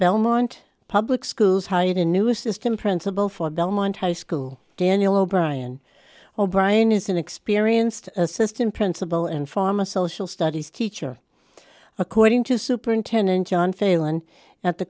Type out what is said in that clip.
belmont public schools hired a new assistant principal for belmont high school daniel o'brien o'brien is an experienced assistant principal and fama social studies teacher according to superintendent john failon at the